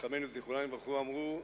חכמינו זיכרונם לברכה אמרו: